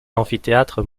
amphithéâtre